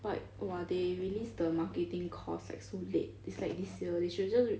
but !wah! they release the marketing course like so lat is like this year they should've just re~